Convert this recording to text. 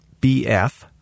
bf